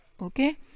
okay